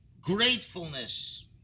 gratefulness